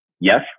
Yes